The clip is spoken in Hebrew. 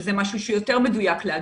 שזה משהו שיותר מדויק להגיד,